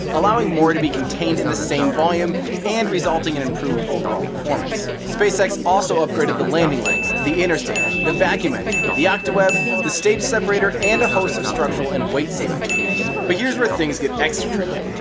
allowing more to be contained in the same volume and resulting in improved overall performance. spacex also upgraded the landing legs, the interstage, the vacuum engine, the octaweb, the stage separator and a host of structural and weight saving changes. but here's where things get extra tricky.